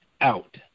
out